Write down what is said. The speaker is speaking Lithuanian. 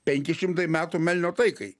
penki šimtai metų melnio taikai